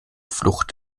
flucht